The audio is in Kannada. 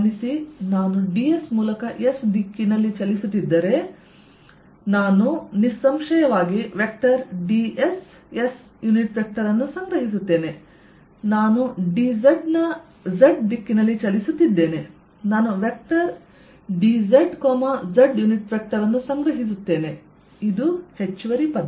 ಗಮನಿಸಿ ನಾನು dS ಮೂಲಕ S ದಿಕ್ಕಿನಲ್ಲಿ ಚಲಿಸುತ್ತಿದ್ದರೆ ನಾನು ನಿಸ್ಸಂಶಯವಾಗಿ ವೆಕ್ಟರ್ ಅನ್ನು ಸಂಗ್ರಹಿಸುತ್ತೇನೆ ನಾನು dz ನ Z ದಿಕ್ಕಿನಲ್ಲಿ ಚಲಿಸುತ್ತಿದ್ದೇನೆ ನಾನು vector dz z unit vector ಅನ್ನು ಸಂಗ್ರಹಿಸುತ್ತೇನೆ ಇದು ಹೆಚ್ಚುವರಿ ಪದ